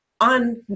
on